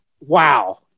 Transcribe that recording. wow